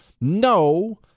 No